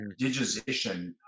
digitization